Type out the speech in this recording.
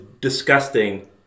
disgusting